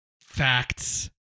facts